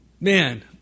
Man